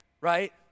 Right